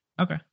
Okay